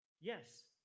Yes